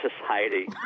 society